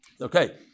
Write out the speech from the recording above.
Okay